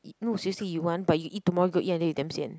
no seriously you want but you eat tomorrow you go eat until you damn sian